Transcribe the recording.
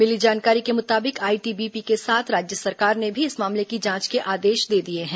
मिली जानकारी के मुताबिक आईटीबीपी के साथ राज्य सरकार ने भी इस मामले की जांच के आदेश दे दिए हैं